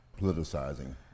politicizing